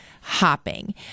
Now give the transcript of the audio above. hopping